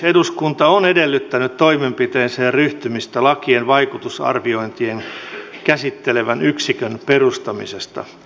eduskunta on edellyttänyt toimenpiteisiin ryhtymistä lakien vaikutusarviointeja käsittelevän yksikön perustamisesta